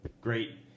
great